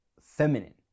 feminine